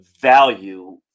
value